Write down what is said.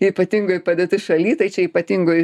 ypatingoj padėtis šaly tai čia ypatingoj